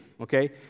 okay